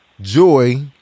Joy